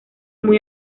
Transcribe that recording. muy